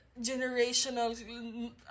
generational